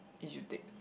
you should take